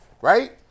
right